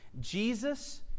Jesus